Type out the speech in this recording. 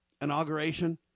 inauguration